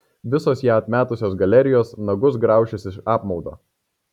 visos ją atmetusios galerijos nagus graušis iš apmaudo